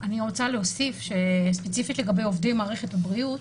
אני רוצה להוסיף שספציפית לגבי עובדי מערכת הבריאות,